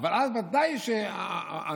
אבל אז ודאי שהנוכחות,